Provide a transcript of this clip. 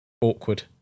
awkward